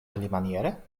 alimaniere